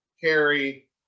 carry